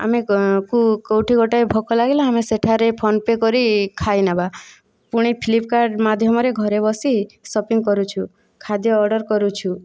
ଆମେ କୁ କେଉଁଠି ଗୋଟିଏ ଭୋକ ଲାଗିଲା ଆମେ ସେଠାରେ ଫୋନ୍ ପେ' କରି ଖାଇ ନେବା ପୁଣି ଫ୍ଲିପକାର୍ଟ ମାଧ୍ୟମରେ ଘରେ ବସି ସପିଂ କରୁଛୁ ଖାଦ୍ୟ ଅର୍ଡ଼ର କରୁଛୁ